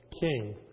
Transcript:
king